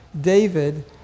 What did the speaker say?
David